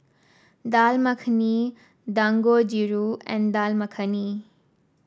Dal Makhani Dangojiru and Dal Makhani